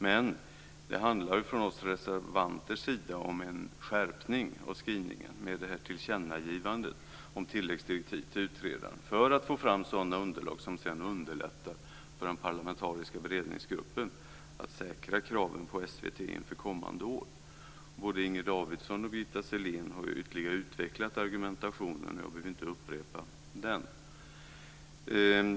Men det handlar från oss reservanter om en skärpning av skrivningen med detta tillkännagivande om tilläggsdirektiv till utredaren för att man ska få fram sådana underlag som sedan underlättar för den parlamentariska beredningsgruppen att säkra kraven på SVT inför kommande år. Både Inger Davidson och Birgitta Sellén har ytterligare utvecklats argumentationen, och jag behöver inte upprepa den.